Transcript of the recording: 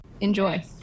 enjoy